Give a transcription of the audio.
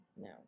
No